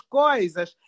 coisas